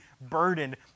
burdened